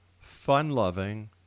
fun-loving